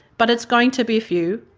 but it's going to be few.